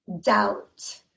Doubt